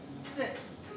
six